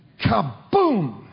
Kaboom